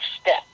step